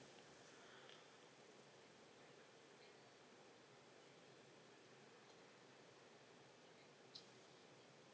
mm